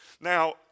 Now